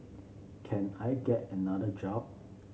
can I get another job